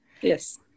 Yes